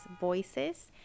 voices